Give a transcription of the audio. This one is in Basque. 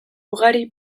ugari